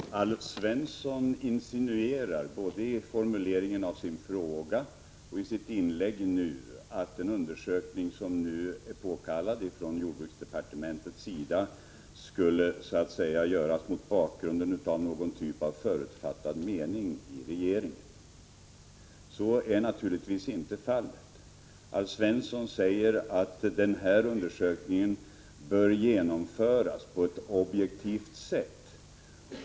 Fru talman! Alf Svensson insinuerar både i formuleringen av sin fråga och i sitt inlägg nu att den undersökning som är påkallad från jordbruksdepartementets sida så att säga skulle göras mot bakgrund av någon typ av förutfattad mening i regeringen. Så är naturligtvis inte fallet. Alf Svensson säger att den här undersökningen bör genomföras på ett objektivt sätt.